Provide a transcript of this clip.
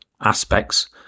aspects